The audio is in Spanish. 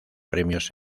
premios